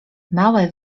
małe